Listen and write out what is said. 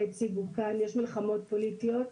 יש מלחמות פוליטיות.